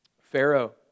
Pharaoh